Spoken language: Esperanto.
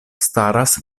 staras